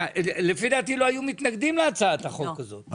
לפי דעתי לא היו מתנגדים להצעת החוק הזאת,